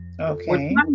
okay